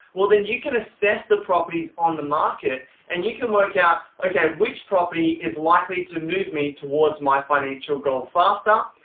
well then you can assess the properties on the market and you can work out, okay, which property is likely to move me towards my financial goal faster?